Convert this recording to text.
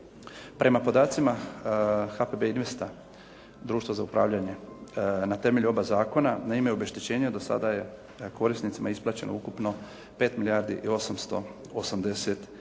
Prema podacima HPB-Investa Društva za upravljanje, na temelju oba zakona na ime obeštećenja do sada je korisnicima isplaćeno ukupno 5 milijardi i 880 milijuna